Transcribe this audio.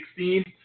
2016